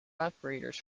operators